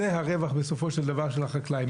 זה בסופו של דבר הרווח של החקלאי,